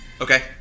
Okay